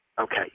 Okay